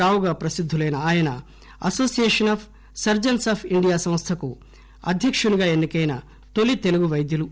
రావుగా ప్రసిద్దులైన ఆయన association of surgeons of India సంస్టకు అధ్యకునిగా ఎన్నికైన తొలి తెలుగు వైద్యులు